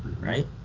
right